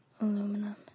Aluminum